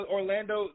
Orlando